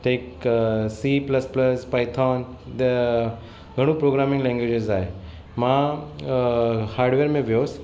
त हिकु C plus plus Python त घणो प्रोग्रामिंग लेंग्विजिस आहे मां हाडवेयर में वियोसीं